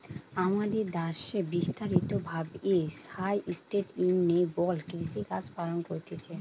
আমাদের দ্যাশে বিস্তারিত ভাবে সাস্টেইনেবল কৃষিকাজ পালন করতিছে